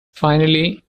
finally